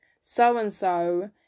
so-and-so